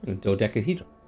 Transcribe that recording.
Dodecahedron